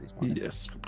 yes